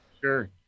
sure